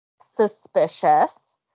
Suspicious